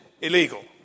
illegal